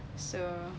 so